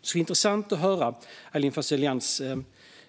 Det skulle vara intressant att höra Aylin Fazelian